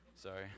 Sorry